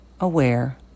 aware